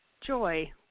joy